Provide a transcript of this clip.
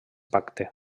pacte